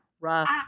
rough